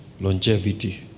longevity